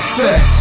set